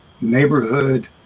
neighborhood